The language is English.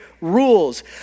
rules